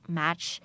match